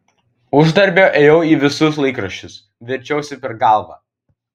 uždarbio ėjau į visus laikraščius verčiausi per galvą